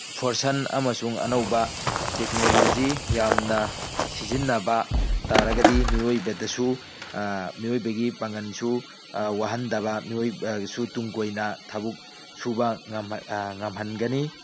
ꯐꯣꯔꯁꯟ ꯑꯃꯁꯨꯡ ꯑꯅꯧꯕ ꯇꯦꯛꯅꯣꯂꯣꯖꯤ ꯌꯥꯝꯅ ꯁꯤꯖꯤꯟꯅꯕ ꯇꯥꯔꯒꯗꯤ ꯃꯤꯑꯣꯏꯕꯗꯁꯨ ꯃꯤꯑꯣꯏꯕꯒꯤ ꯄꯥꯡꯒꯟꯁꯨ ꯋꯥꯍꯟꯗꯕ ꯃꯤꯑꯣꯏꯕꯁꯨ ꯇꯨꯡ ꯀꯣꯏꯅ ꯊꯕꯛ ꯁꯨꯕ ꯉꯝꯍꯟꯒꯅꯤ